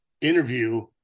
interview